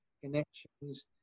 connections